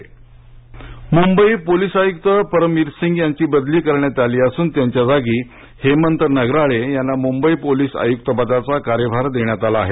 police बदली मुंबईचे police आयुक्त परमवीर सिंग यांची बदली करण्यात आली असून त्यांच्या जागी हेमंत नगराळे यांना मुंबई पोलीस आयुक्त पदाचा कार्यभार देण्यात आला आहे